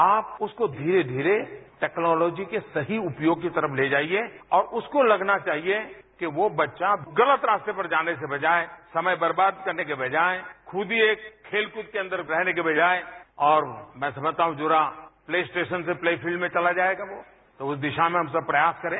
आप उसको धीरे धीरे टेक्नॉलोजी के सही उपयोग की तरफ ले जाइये और उसको लगना चाहिए कि यो बच्चा गलत रास्ते पर जाने की बजाए समय बर्बाद करने के बजाए खुद ही एक खेलकूद के अंदर रहने के बजाए और मैं समझता हूं जो राह प्ले स्टेशन से प्ले फील्ड में चला जाएगा वो तो उस दिशा में हम सब प्रयास करें